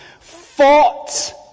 fought